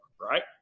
right